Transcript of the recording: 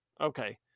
Okay